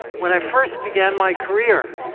when i first began my career,